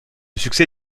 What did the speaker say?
succès